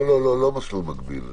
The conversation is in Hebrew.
לא מסלול מקביל.